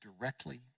directly